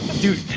dude